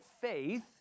faith